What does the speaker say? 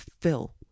fill